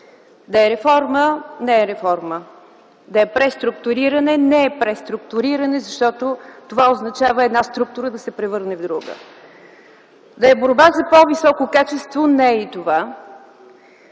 Да е реформа – не е реформа, да е преструктуриране – не е преструктуриране, защото това означава една структура да се превърне в друга, да е борба за по-високо качество – не е и това.